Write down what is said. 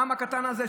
העם הקטן הזה,